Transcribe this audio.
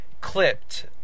clipped